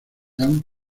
han